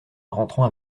rentrant